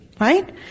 Right